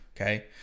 Okay